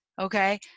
okay